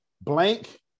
blank